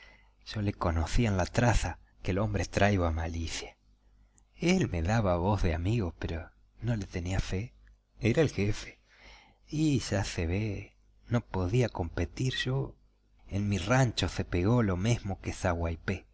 yo le conocí en la traza que el hombre traiba malicia él me daba voz de amigo pero no le tenía fe era el jefe y ya se ve no podía competir yo en mi rancho se pegó lo mesmo que un